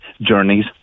journeys